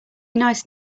nice